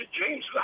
James